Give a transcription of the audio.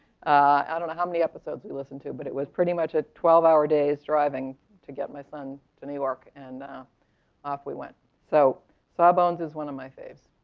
i don't know how many episodes we listened to. but it was pretty much a twelve hour day's driving to get my son to new york, and off we went so, so saw bones is one of my faves.